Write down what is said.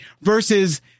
versus